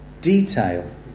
detail